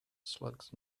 slugs